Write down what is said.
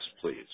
please